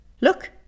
Look